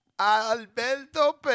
Alberto